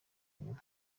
nyuma